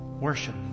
Worship